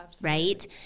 right